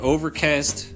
Overcast